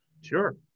Sure